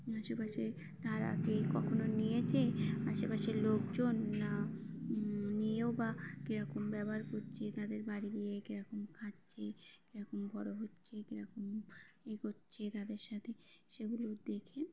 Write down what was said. আশেপাশে তারা কে কখনও নিয়েছে আশেপাশের লোকজন না নিয়েও বা কীরকম ব্যবহার করছে তাদের বাড়ি গিয়ে কীরকম খাচ্ছে কীরকম বড় হচ্ছে কীরকম ই করছে তাদের সাথে সেগুলোও দেখে